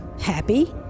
Happy